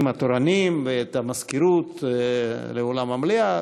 התורנים ואת המזכירות לאולם המליאה,